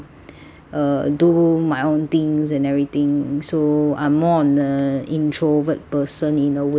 uh do my own things and everything so I'm more on a introvert person in a way lah